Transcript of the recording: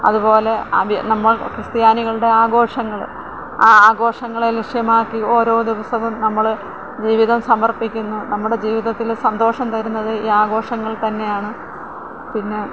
അതുപോലെ നമ്മള് ക്രിസ്ത്യാനികളുടെ ആഘോഷങ്ങൾ ആ ആഘോഷങ്ങളെ ലക്ഷ്യമാക്കി ഓരോ ദിവസവും നമ്മൾ ജീവിതം സമര്പ്പിക്കുന്നു നമ്മുടെ ജീവിതത്തിൽ സന്തോഷം തരുന്നത് ഈ ആഘോഷങ്ങള് തന്നെയാണ് പിന്നെ